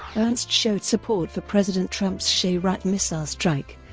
ernst showed support for president trump's shayrat missile strike,